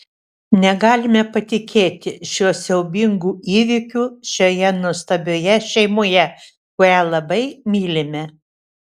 negalime patikėti šiuo siaubingu įvykiu šioje nuostabioje šeimoje kurią labai mylime